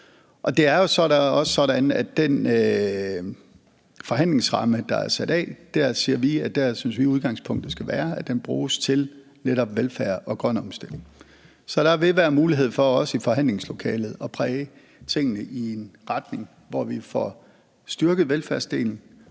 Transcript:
den forhandlingsramme, der er sat af, siger vi, at der synes vi, udgangspunktet skal være, at den bruges til netop velfærd og grøn omstilling. Så der vil være mulighed for også i forhandlingslokalet at præge tingene i en retning, hvor vi får styrket velfærdsdelen,